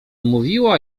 mówiła